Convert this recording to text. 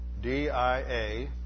dia